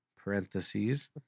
Parentheses